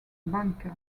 banker